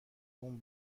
اون